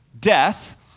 death